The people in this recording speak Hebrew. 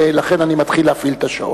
לכן אני מתחיל להפעיל את השעון.